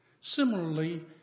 Similarly